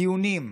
דיונים,